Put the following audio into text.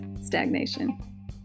stagnation